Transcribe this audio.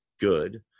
good